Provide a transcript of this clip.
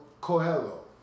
Coelho